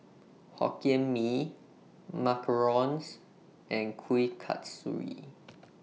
Hokkien Mee Macarons and Kuih Kasturi